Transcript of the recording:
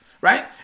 right